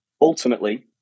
ultimately